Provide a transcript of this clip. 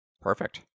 Perfect